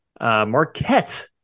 Marquette